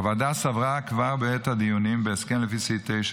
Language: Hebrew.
הוועדה סברה כבר בעת הדיונים בהסכם לפי סעיף 9,